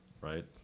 right